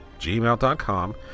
gmail.com